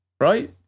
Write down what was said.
right